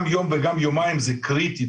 גם יום וגם יומיים זה קריטי,